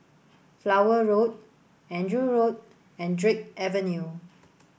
Flower Road Andrew Road and Drake Avenue